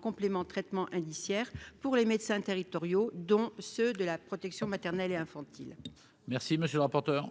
complément traitement indiciaire pour les médecins territoriaux, dont ceux de la protection maternelle et infantile. Merci, monsieur le rapporteur.